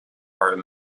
are